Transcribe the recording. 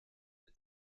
mit